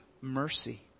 mercy